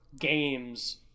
games